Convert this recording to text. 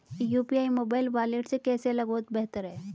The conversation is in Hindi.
यू.पी.आई मोबाइल वॉलेट से कैसे अलग और बेहतर है?